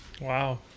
Wow